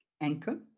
Anchor